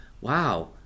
Wow